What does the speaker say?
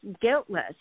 guiltless